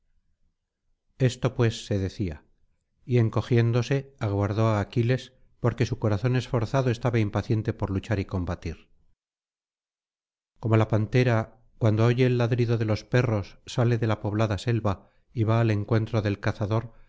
esto pues se decía y encogiéndose aguardó á aquiles porque su corazón esforzado estaba impaciente por luchar y combatir como la pantera cuando oye el ladrido de los perros sale déla poblada selva y va al encuentro del cazador